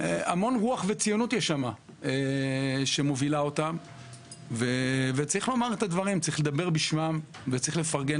תשמע, מותר לעשות רגע